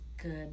good